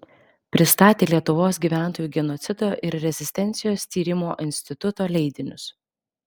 pristatė lietuvos gyventojų genocido ir rezistencijos tyrimo instituto leidinius